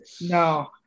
No